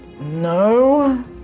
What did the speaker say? No